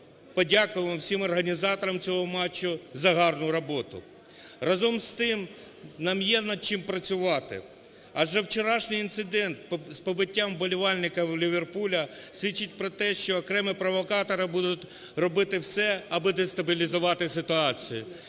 подякуємо всім організаторам цього матчу за гарну роботу. Разом з тим, нам є над чим працювати. Адже вчорашній інцидент з побиттям вболівальників "Ліверпуля" свідчить про те, що окремі провокатори будуть робити все, аби дестабілізувати ситуацію.